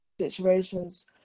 situations